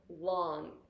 long